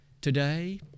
Today